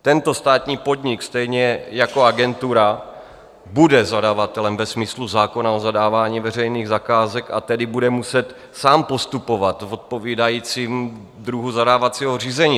Tento státní podnik stejně jako agentura bude zadavatelem ve smyslu zákona o zadávání veřejných zakázek, a tedy bude muset sám postupovat v odpovídajícím druhu zadávacího řízení.